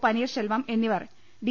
പനീർശെൽവം എന്നിവർ ഡി